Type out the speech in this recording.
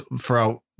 throughout –